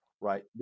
Right